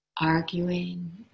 arguing